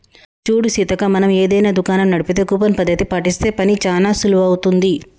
చూడు సీతక్క మనం ఏదైనా దుకాణం నడిపితే కూపన్ పద్ధతి పాటిస్తే పని చానా సులువవుతుంది